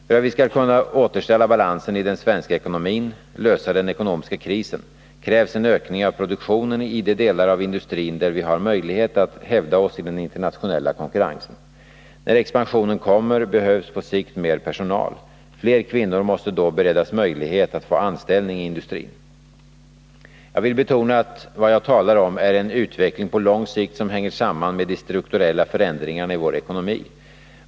För att vi skall kunna återställa balansen i den svenska ekonomin — lösa den ekonomiska krisen — krävs en ökning av produktionen i de delar av industrin där vi har möjlighet att hävda oss i den internationella konkurrensen. När expansionen kommer, behövs på sikt mer personal. Fler kvinnor måste då beredas möjlighet att få anställning i industrin. Jag vill betona att vad jag talar om är en utveckling på lång sikt som hänger samman med de strukturella förändringarna i vår ekonomi.